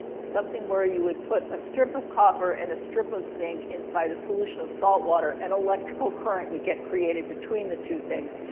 something where you would put a strip of copper and a strip of zinc inside a solution of salt water, and a electrical current would get created between the two things.